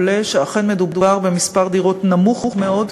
עולה שאכן מדובר במספר דירות נמוך מאוד,